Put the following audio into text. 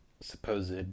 Supposed